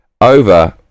over